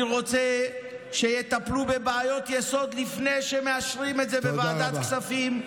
אני רוצה שיטפלו בבעיות יסוד לפני שמאשרים את זה בוועדת כספים,